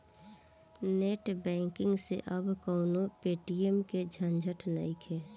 net banking से अब कवनो पेटीएम के झंझट नइखे